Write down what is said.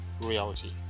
reality